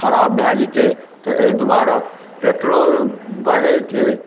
खराब भए जेतै तऽ अइ दुआरे पेट्रोल बढ़ैके